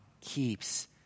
keeps